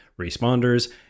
responders